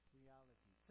reality